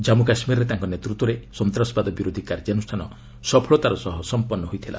କାଞ୍ଗୁ କାଶ୍ମୀରରେ ତାଙ୍କ ନେତୃତ୍ୱରେ ସନ୍ତାସବାଦ ବିରୋଧୀ କାର୍ଯ୍ୟାନୁଷ୍ଠାନ ସଫଳତାର ସହ ସଂପନ୍ଧ ହୋଇଥିଲା